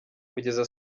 kugeza